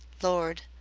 lord,